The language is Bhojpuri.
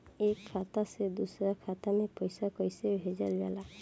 एक खाता से दूसरा खाता में पैसा कइसे भेजल जाला?